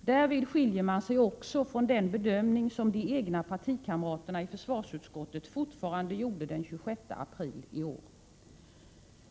Därvid skiljer man sig också från den bedömning som de egna partikamraterna i försvarsutskottet fortfarande gjorde den 26 april i år.